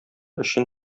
өчен